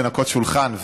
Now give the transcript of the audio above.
לנקות שולחן.